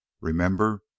remember